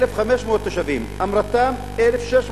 1,500 תושבים, אום-רתאם, 1,600 תושבים,